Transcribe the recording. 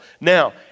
Now